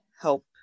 help